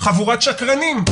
שקרנים.